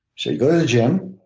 so you go to the gym.